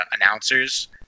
announcers